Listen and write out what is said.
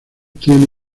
tiene